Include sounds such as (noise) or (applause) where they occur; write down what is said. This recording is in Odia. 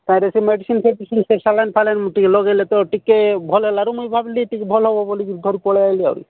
ତାହିଁରେ ସେ ମେଡିସିନ୍ (unintelligible) ସାଲାଇନ୍ ଫାଲାଇନ୍ ଟିକେ ଲଗେଇଲେ ତ ଟିକେ ଭଲ ହେଲାରୁ ମୁଁ ଭାବିଲି ଟିକେ ଭଲ ବୋଲି କି ମୁଁ ଘରକୁ ପଳେଇ ଆସିଲି ଆଉ